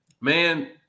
Man